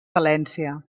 valència